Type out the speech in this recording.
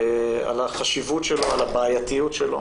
על החשיבות שלו, על הבעייתיות שלו.